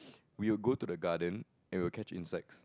we will go to the garden and we will catch insects